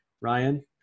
Ryan